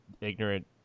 ignorant